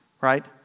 right